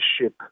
ship